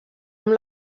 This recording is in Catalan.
amb